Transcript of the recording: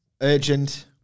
Urgent